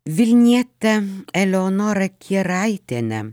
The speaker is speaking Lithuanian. vilnietę eleonorą keraitienę